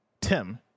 Tim